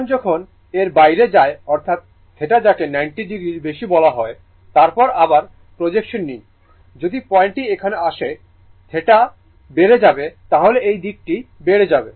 এখন যখন এর বাইরে যায় অর্থাৎ θ যাকে 90o এর বেশি বলা হয় তারপর আবার প্রজেকশন নিন যদি পয়েন্টটি এখানে আসে θ বেড়েযাবে তাহলে এই দিকটি বেড়েযাবে